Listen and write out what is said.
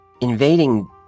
Invading